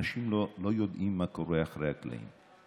אנשים לא יודעים מה קורה מאחורי הקלעים,